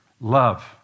love